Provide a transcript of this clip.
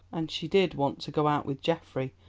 and she did want to go out with geoffrey.